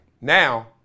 now